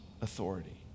authority